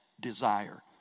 desire